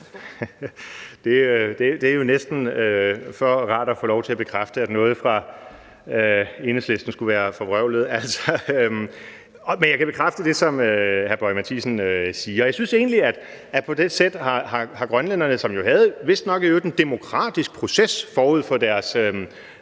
Det er jo næsten for rart at få lov til at bekræfte, at noget fra Enhedslisten er forvrøvlet. Men jeg kan bekræfte det, som hr. Lars Boje Mathiesen siger. Jeg synes egentlig, at grønlænderne, som jo vistnok havde en demokratisk proces forud for,